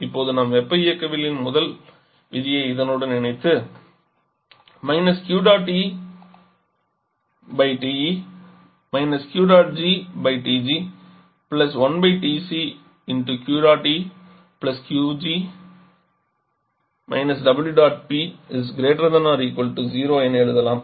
இப்போது நாம் வெப்ப இயக்கவியலின் முதல் விதியை இதனுடன் இணைத்து என எழுதலாம்